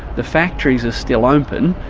the factories are still open,